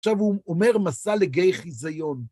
עכשיו הוא אומר משא לגיא חיזיון.